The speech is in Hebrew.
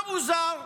ומה מוזר?